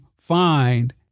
find